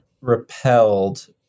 repelled